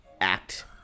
act